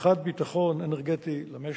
הבטחת ביטחון אנרגטי למשק,